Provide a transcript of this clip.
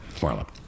Marla